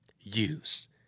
Use